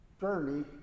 journey